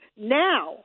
now